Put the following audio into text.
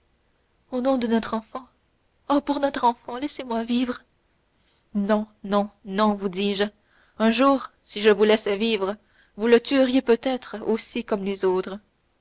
au nom de notre enfant ah pour notre enfant laissez-moi vivre non non non vous dis-je un jour si je vous laissais vivre vous le tuerez peut-être aussi comme les autres